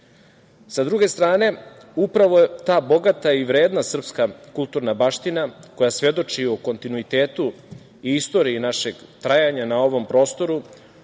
druge strane, upravo je ta bogata i vredna srpska kulturna baština koja svedoči o kontinuitetu i istoriji našeg trajanja na ovom prostoru,